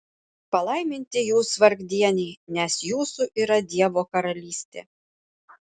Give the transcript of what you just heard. palaiminti jūs vargdieniai nes jūsų yra dievo karalystė